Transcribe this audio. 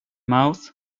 mouth